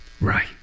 Right